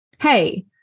Hey